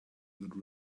good